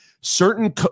certain